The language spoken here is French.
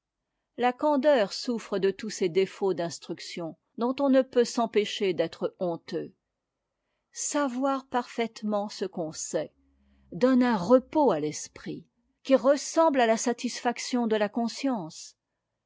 la candeur souffre de tous ces défauts d'instruction dont on ne peut s'empêcher d'être honteux savoir parfaitement ce qu'on sait donne un repos à l'esprit qui ressemble à la satisfaction de la conscience